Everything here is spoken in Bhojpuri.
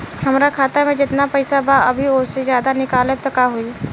हमरा खाता मे जेतना पईसा बा अभीओसे ज्यादा निकालेम त का होई?